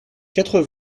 quatre